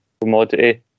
commodity